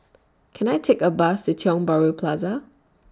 Can I Take A Bus The Tiong Bahru Plaza